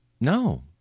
No